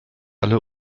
alle